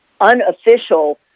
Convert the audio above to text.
unofficial